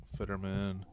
Fitterman